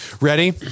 ready